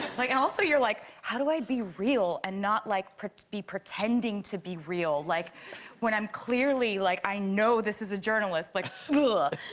like and also you're like how do i be real and not like be pretending to be real like when i'm clearly like i know this is a journalist like cool,